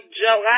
joke